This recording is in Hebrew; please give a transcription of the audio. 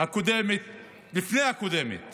לפני הקודמת